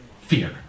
fear